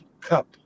cup